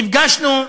נפגשנו,